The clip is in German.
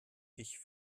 ich